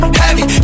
heavy